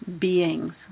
beings